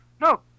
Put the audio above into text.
No